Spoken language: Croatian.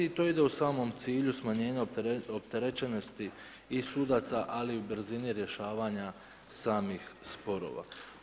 I to ide u samom cilju smanjenja opterećenosti i sudaca, ali i brzini rješavanja samih sporova.